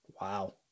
Wow